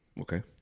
Okay